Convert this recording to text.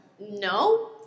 no